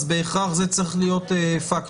אז בהכרח זה צריך להיות פקטור.